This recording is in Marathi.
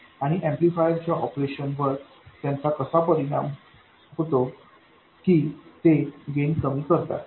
आणि एम्प्लीफायरच्या ऑपरेशनवर त्यांचा असा परिणाम होतो की ते गेन कमी करतात